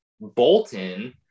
Bolton